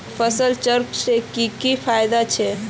फसल चक्र से की की फायदा छे?